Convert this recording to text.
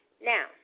Now